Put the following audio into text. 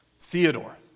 Theodore